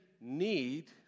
need